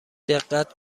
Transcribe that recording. دقت